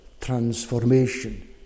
transformation